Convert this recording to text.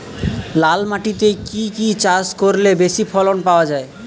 লাল মাটিতে কি কি চাষ করলে বেশি ফলন পাওয়া যায়?